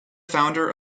founder